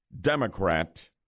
Democrat